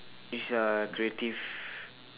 is uh creative